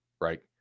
right